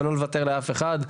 ולא לוותר לאף אחד.